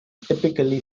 typically